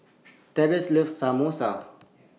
Tressa loves Samosa